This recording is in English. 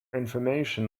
information